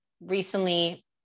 recently